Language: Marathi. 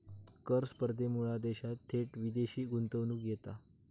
कर स्पर्धेमुळा देशात थेट विदेशी गुंतवणूक येता